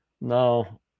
Now